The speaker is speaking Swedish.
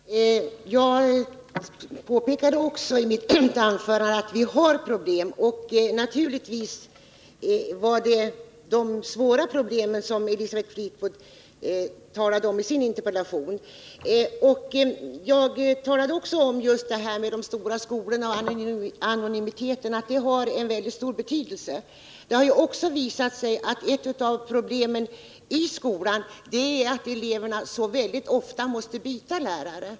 Herr talman! Jag påpekade också i mitt anförande att vi har problem. Naturligtvis var det svåra problem som Elisabeth Fleetwood talade om i sin interpellation. Jag berörde också att stora skolor och anonymiteten där har mycket stor betydelse. Det har ju visat sig att ett av problemen i skolan är att eleverna så ofta måste byta lärare.